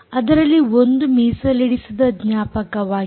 ಅದರಲ್ಲಿ ಒಂದು ಮೀಸಲಿಡಿಸಿದ ಜ್ಞಾಪಕವಾಗಿದೆ